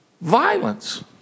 violence